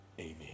amen